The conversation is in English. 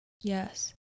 Yes